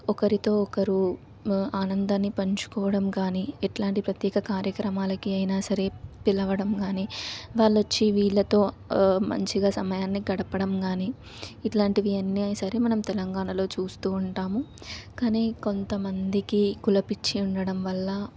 ఒకరితో ఒకరు ఆనందాన్ని పంచుకోవడం కానీ ఎలాంటి ప్రత్యేక కార్యక్రమాలకి అయిన సరే పిలవడం కానీ వాళ్ళు వచ్చి వీళ్ళతో మంచిగా సమయాన్ని గడపడం కానీ ఇట్లాంటివి ఎన్నైనా సరే మనం తెలంగాణలో చూస్తూ ఉంటాము కానీ కొంత మందికి కుల పిచ్చి ఉండటం వల్ల